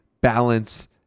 balance